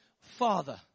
Father